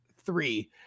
three